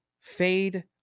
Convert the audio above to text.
Fade